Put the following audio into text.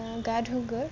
গা ধুওঁগৈ